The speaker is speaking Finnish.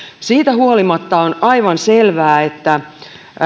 siitä huolimatta on aivan selvää että